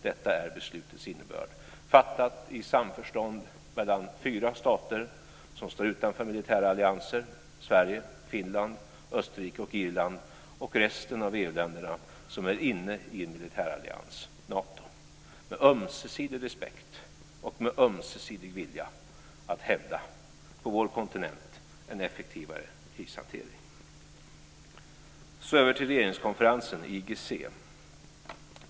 Det här är beslutets innebörd. Det är fattat i samförstånd mellan fyra stater som står utanför militära allianser - Sverige, Finland, Österrike och Irland - och resten av EU länderna som är inne i en militärallians, Nato. Det har varit en ömsesidig respekt och en ömsesidig vilja att hävda en effektivare krishantering på vår kontinent. Jag ska nu gå över till regeringskonferensen, IGC.